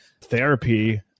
therapy